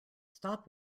stop